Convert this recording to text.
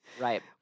Right